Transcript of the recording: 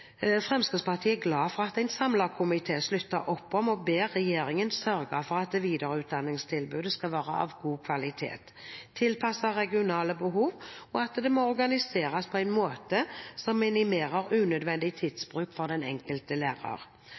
Fremskrittspartiet er glad for at en samlet komité slutter opp om og ber regjeringen sørge for at videreutdanningstilbudet skal være av god kvalitet, tilpasset regionale behov, og at det må organiseres på en måte som minimerer unødvendig tidsbruk for den enkelte lærer.